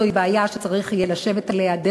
זוהי בעיה שצריך יהיה לשבת עליה.